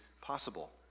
possible